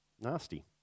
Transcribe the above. nasty